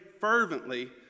fervently